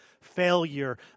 failure